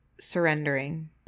surrendering